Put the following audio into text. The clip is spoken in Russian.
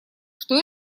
что